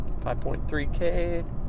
5.3K